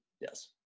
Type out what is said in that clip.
Yes